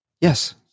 Yes